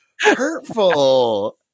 hurtful